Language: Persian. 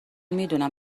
میدونم